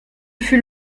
fut